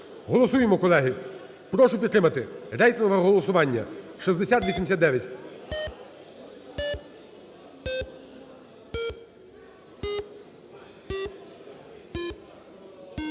Голосуємо, колеги. Прошу підтримати. Рейтингове голосування. 6089.